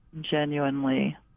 genuinely